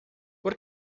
por